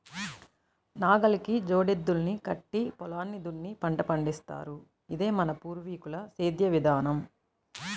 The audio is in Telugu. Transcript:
నాగలికి జోడెద్దుల్ని కట్టి పొలాన్ని దున్ని పంట పండిత్తారు, ఇదే మన పూర్వీకుల సేద్దెం విధానం